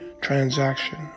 transaction